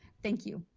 thank you.